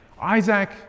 Isaac